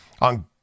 on